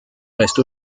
reste